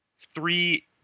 three